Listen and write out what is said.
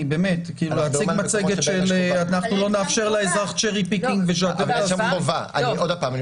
להציג מצגת שאנחנו לא נאפשר לאזרח cherry picking --- עוד פעם,